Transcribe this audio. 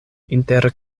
inter